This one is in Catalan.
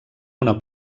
una